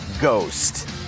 Ghost